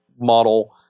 model